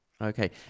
Okay